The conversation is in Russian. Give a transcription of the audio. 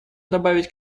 добавить